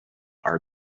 are